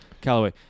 Callaway